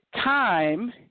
time